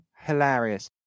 Hilarious